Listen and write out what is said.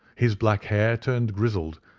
his black hair turned grizzled,